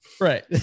Right